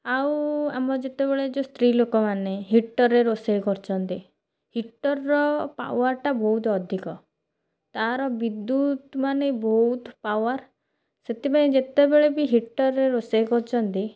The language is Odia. ଆଉ ଆମର ଯେତେବେଳେ ଯୋଉ ସ୍ତ୍ରୀ ଲୋକମାନ ହିଟର୍ ରେ ରୋଷେଇ କରୁଛନ୍ତି ହିଟର୍ ର ପାୱାର୍ ଟା ବହୁତ ଅଧିକ ତା'ର ବିଦ୍ୟୁତ୍ ମାନେ ବହୁତ ପାୱାର୍ ସେଥିପାଇଁ ଯେତେବେଳେ ବି ହିଟର୍ ରେ ରୋଷେଇ କରୁଛନ୍ତି